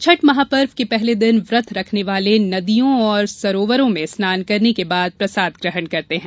छठ महापर्व के पहले दिन व्रत रखने वाले नदियों और सरोवरों में स्नान करने के बाद प्रसाद ग्रहण करते हैं